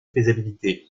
faisabilité